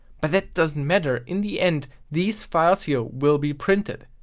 but that doesn't matter, in the end these files here will be printed.